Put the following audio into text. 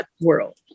world